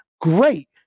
Great